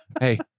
Hey